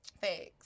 Thanks